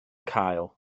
cael